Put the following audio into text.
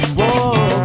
Whoa